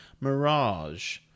Mirage